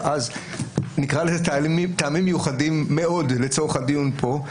נקרא לזה טעמים מיוחדים מאוד לצורך הדיון פה,